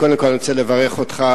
קודם כול אני רוצה לברך אותך,